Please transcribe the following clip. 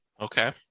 Okay